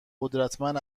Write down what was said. قدرتمند